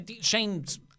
Shane's